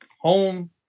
home